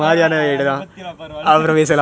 ah ah அதுபத்திலான் பரவாலே:athupathilaan paravaayilae